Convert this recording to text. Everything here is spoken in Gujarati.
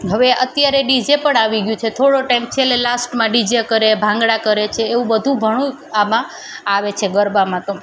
હવે અત્યારે ડીજે પણ આવી ગયું છે થોડો ટાઈમ છેલ્લે લાસ્ટમાં ડીજે કરે ભાંગળા કરે છે એવું બધું ઘણું આમાં આવે છે ગરબામાં તો